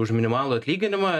už minimalų atlyginimą